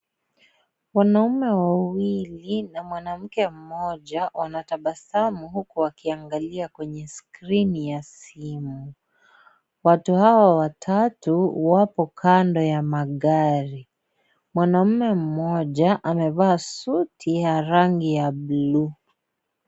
Wanaume wawili na mwanamke mmoja wanatabasamu huku wakiangalia kwenye skrini ya simu. Watu hawa watatu wapo kando ya magari. Mwanaume mmoja amevaa suti ya rangi ya buluu .